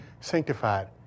sanctified